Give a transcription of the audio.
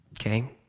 okay